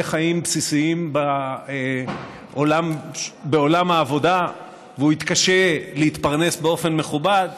חיים בסיסיים בעולם העבודה והוא יתקשה להתפרנס באופן מכובד?